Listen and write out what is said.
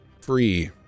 free